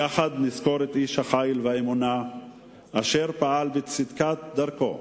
יחד נזכור את איש החיל והאמונה אשר פעל בצדקת דרכו